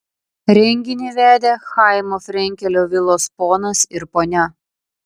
renginį vedė chaimo frenkelio vilos ponas ir ponia